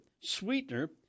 sweetener